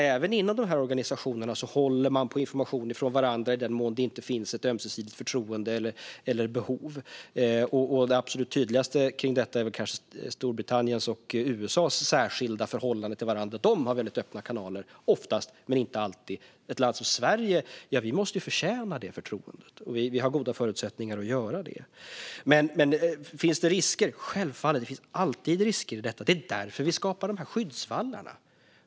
Även inom dessa organisationer håller man på information från varandra, i den mån det inte finns ett ömsesidigt förtroende eller behov. Det absolut tydligaste är Storbritanniens och USA:s särskilda förhållande till varandra. De har öppna kanaler - oftast men inte alltid. Ett land som Sverige måste förtjäna det förtroendet, och vi har goda förutsättningar att göra det. Finns det risker? Självfallet finns alltid risker. Det är därför vi skapar skyddsvallarna.